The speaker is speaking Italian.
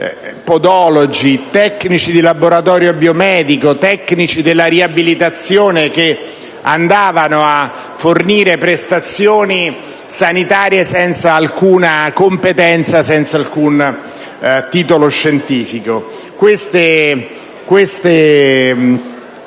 podologi, tecnici di laboratorio biomedico e tecnici della riabilitazione che andavano a fornire prestazioni sanitarie senza alcuna competenza o titolo scientifico. Queste